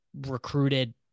recruited